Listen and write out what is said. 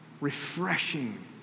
Refreshing